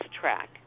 track